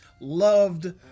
loved